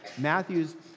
matthew's